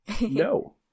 No